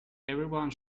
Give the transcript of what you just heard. everyone